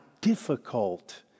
difficult